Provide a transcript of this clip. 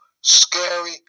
scary